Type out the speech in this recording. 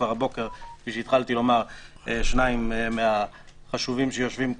כבר הבוקר שניים מהחשובים שיושבים כאן,